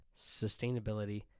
sustainability